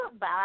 Bye